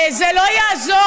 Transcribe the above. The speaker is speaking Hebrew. זה לא יעזור.